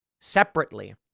separately